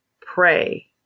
pray